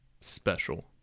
special